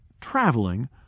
traveling